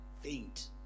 faint